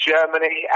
Germany